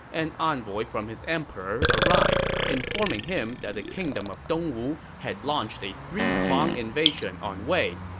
an envoy from his emperor arrived, informing him that the kingdom of dongwu had launched a three-prong invasion on wei,